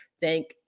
thank